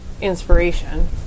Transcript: inspiration